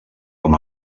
com